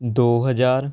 ਦੋ ਹਜ਼ਾਰ